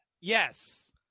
Yes